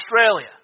Australia